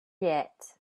yet